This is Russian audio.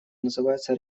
называется